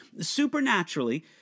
Supernaturally